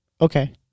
okay